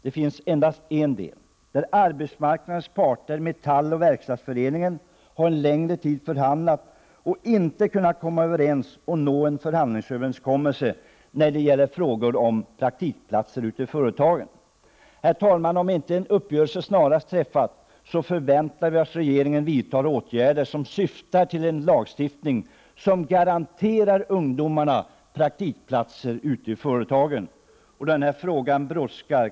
Det finns endast ett område där arbetsmarknadens parter — Metall och Verkstadsföreningen — förhandlat under en längre tid och inte kunnat komma överens och därmed inte nått en förhandlingsöverenskommelse. Om inte en uppgörelse snarast träffas förväntar vi oss att regeringen snarast vidtar åtgärder som syftar till en lagstiftning som garanterar praktikplatser ute i företagen. Den här frågan brådskar.